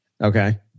Okay